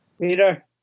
Peter